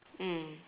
mm